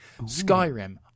Skyrim